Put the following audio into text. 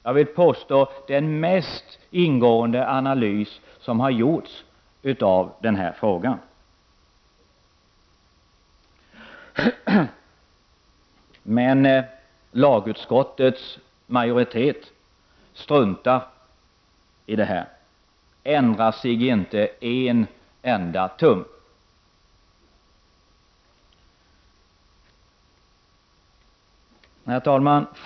Jag vill påstå att det är den mest ingående analys som har gjorts av den här frågan. Men lagutskottets majoritet struntar i detta och ändrar sig inte en enda tum. Herr talman!